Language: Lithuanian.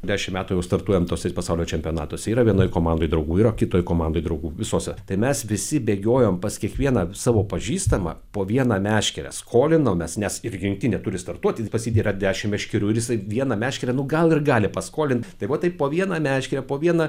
dešimt metų jau startuojam tuose pasaulio čempionatuose yra vienoe komandoj draugų yra kitoj komandoj draugų visose tai mes visi bėgiojom pas kiekvieną savo pažįstamą po vieną meškerę skolinomės nes ir rinktinė turi startuoti pas jį tai yra dešimt meškerių ir jisai vieną meškerę nu gal ir gali paskolint tai va taip po vieną meškerę po vieną